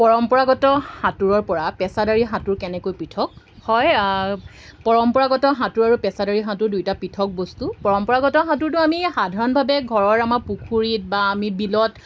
পৰম্পৰাগত সাঁতোৰৰ পৰা পেছাদাৰী সাঁতোৰ কেনেকৈ পৃথক হয় পৰম্পৰাগত সাঁতোৰ আৰু পেছাদাৰী সাঁতোৰ দুইটা পৃথক বস্তু পৰম্পৰাগত সাঁতোৰটো আমি সাধাৰণভাৱে ঘৰৰ আমাৰ পুখুৰীত বা আমি বিলত